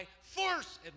force